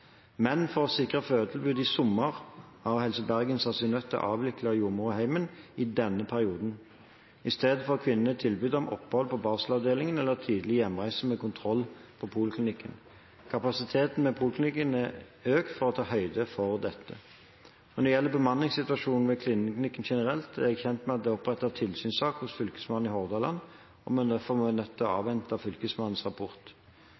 Men for å sikre fødetilbudet i sommer har Helse Bergen sett seg nødt til å avvikle «Jordmor i heimen» i denne perioden. I stedet får kvinnene tilbud om opphold på barselavdelingen eller tidlig hjemreise med kontroll på poliklinikken. Kapasiteten ved poliklinikken er økt for å ta høyde for dette. Når det gjelder bemanningssituasjonen ved Kvinneklinikken generelt, er jeg kjent med at det er opprettet tilsynssak hos Fylkesmannen i Hordaland. Derfor er vi nødt til å avvente Fylkesmannens rapport.